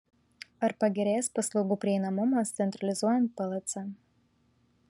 ar pagerės paslaugų prieinamumas centralizuojant plc